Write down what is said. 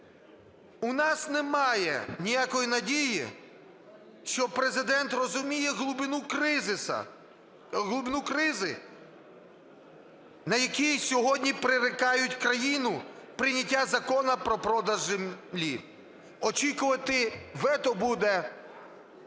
У нас немає ніякої надії, що Президент розуміє глибину кризи, на яку сьогодні прирікають країну прийняттям закону про продаж землі. Очікувати вето буде